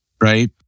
right